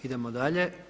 Idemo dalje.